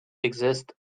exist